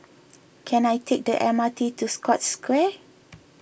can I take the M R T to Scotts Square